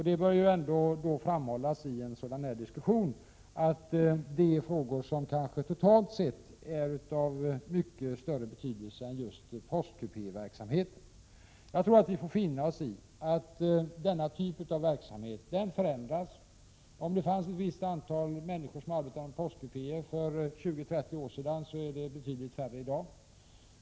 Det bör då framhållas i en sådan här diskussion att detta är frågor som kanske totalt sett är av mycket större betydelse än just postkupéverksamheten. Jag tror att vi får finna oss i att denna typ av verksamhet förändras. Ett visst antal människor arbetade i postkupéer för 20-30 år sedan, men det är fråga om betydligt färre i dag.